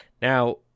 Now